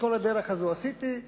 את כל הדרך הזאת עשיתי,